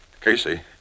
Casey